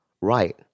right